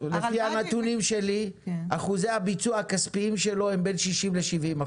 לפי הנתונים שלי אחוזי הביצוע הכספיים שלו הם בין 60% ל-70%,